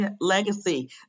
legacy